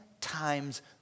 times